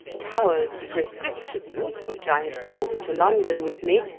towers's prescriptions, which i had brought to london with me,